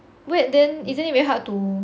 wait then isn't it very hard to